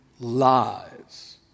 lies